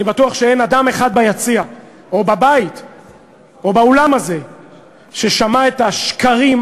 אני בטוח שאין אדם אחד ביציע או בבית או באולם הזה ששמע את השקרים,